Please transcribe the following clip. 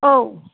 औ